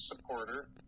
supporter